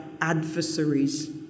adversaries